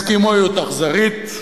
אסקימואיות אכזרית,